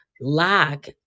lack